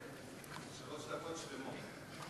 שלוש דקות שלמות.